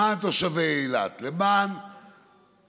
למען תושבי אילת, למען